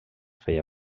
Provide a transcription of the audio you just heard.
feia